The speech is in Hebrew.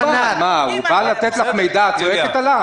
הוא בא לתת לך מידע ואת צועקת עליו?